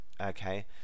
Okay